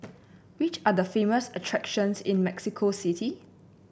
which are the famous attractions in Mexico City